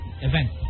event